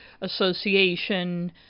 association